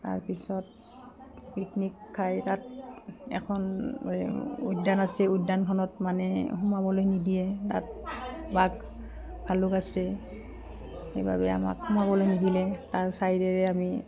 তাৰপিছত পিকনিক খাই তাত এখন উদ্যান আছে উদ্যানখনত মানে সোমাবলৈ নিদিয়ে তাত বাঘ ভালুক আছে সেইবাবে আমাক সোমাবলৈ নিদিলে তাৰ চাইডেৰে আমি